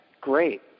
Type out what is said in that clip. great